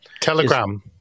Telegram